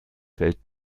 fällt